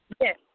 Yes